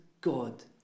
God